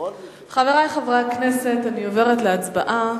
חברי חברי הכנסת, אני עוברת להצבעה.